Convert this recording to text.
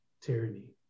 tyranny